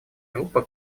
группа